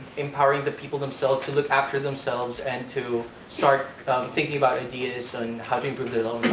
empowering the people themselves to look after themselves and to start thinking about ideas on how to improve their